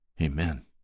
amen